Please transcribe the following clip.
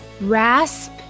Rasp